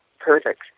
perfect